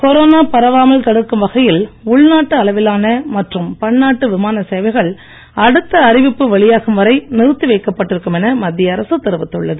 corona பரவாமல் தடுக்கும் வகையில் உள்நாட்டு அளவிலான மற்றும் பன்னாட்டு விமான சேவைகள் அடுத்த அறிவிப்பு வெளியாகும் வரை நிறுத்தி வைக்கப் பட்டிருக்கும் என மத்திய அரசு தெரிவித்துள்ளது